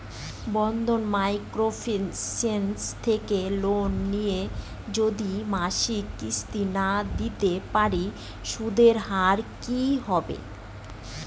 বন্ধন micro finance থেকে loan নিয়ে যদি মাসিক কিস্তি না দিতে পারি সুদের হার কি হবে?